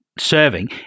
Serving